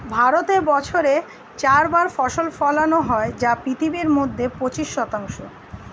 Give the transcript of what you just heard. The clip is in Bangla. ভারতে বছরে চার বার ফসল ফলানো হয় যা পৃথিবীর মধ্যে পঁচিশ শতাংশ